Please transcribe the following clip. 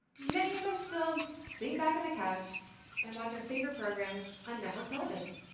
many of us still sink back on the couch and watch our favorite programs on network television.